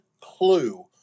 clue